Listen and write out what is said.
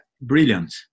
brilliant